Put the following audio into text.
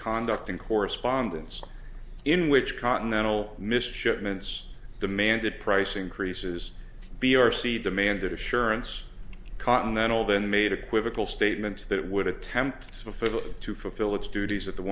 conduct in correspondence in which continental missed shipments demanded price increases b r c demanded assurance continental then made equivocal statements that it would attempt to fulfill its duties at